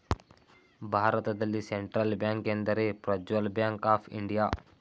ಭಾರತದಲ್ಲಿ central bank ಎಂದರೆ ಪ್ರಜ್ವಲ್ ಬ್ಯಾಂಕ್ ಆಫ್ ಇಂಡಿಯಾ